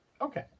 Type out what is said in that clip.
Okay